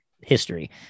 history